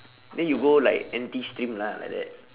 then you go like N_T stream lah like that